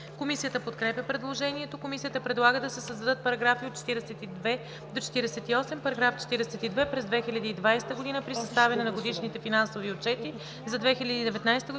Комисията подкрепя предложението. Комисията предлага да се създадат параграфи 42 – 48: „§ 42. През 2020 г. при съставяне на годишните финансови отчети за 2019 г.